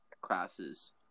Classes